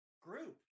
group